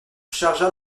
chargea